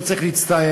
לא צריך להצטער,